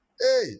hey